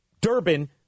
Durbin